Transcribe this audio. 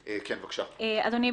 אדוני,